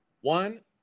one